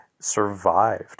survived